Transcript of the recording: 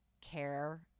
care